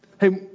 Hey